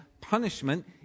punishment